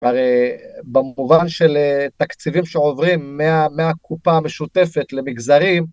הרי במובן של תקציבים שעוברים מהקופה המשותפת למגזרים...